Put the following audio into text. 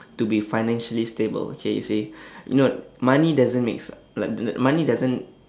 to be financially stable okay you see no money doesn't make s~ money doesn't